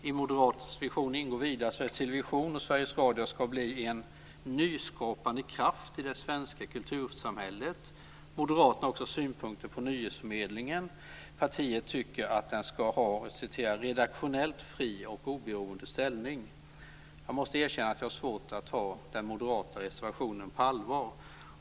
I moderaternas vision ingår vidare att Sveriges Television och Sveriges Radio ska bli en nyskapande kraft i det svenska kultursamhället. Moderaterna har också synpunkter på nyhetsförmedlingen. Partiet tycker att den ska ha "en redaktionellt fri och oberoende ställning". Jag måste erkänna att jag har svårt att ta den moderata reservationen på allvar.